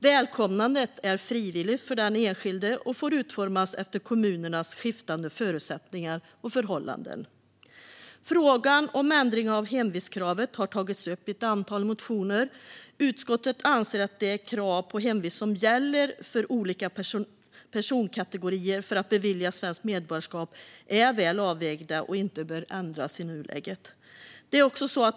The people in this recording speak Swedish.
Välkomnandet är frivilligt för den enskilde och får utformas efter kommunernas skiftande förutsättningar och förhållanden. Frågan om ändring av hemvistkravet har tagits upp i ett antal motioner. Utskottet anser att de krav på hemvist som gäller för olika personkategorier för att beviljas svenskt medborgarskap är väl avvägda och i nuläget inte bör ändras.